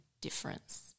difference